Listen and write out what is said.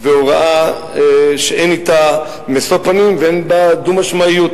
והוראה שאין אתה משוא פנים ואין בה דו-משמעיות.